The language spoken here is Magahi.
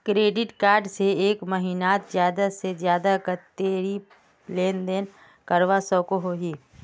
क्रेडिट कार्ड से एक महीनात ज्यादा से ज्यादा कतेरी लेन देन करवा सकोहो ही?